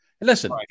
Listen